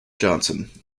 johnson